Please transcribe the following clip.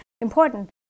important